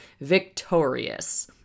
victorious